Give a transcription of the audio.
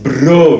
Bro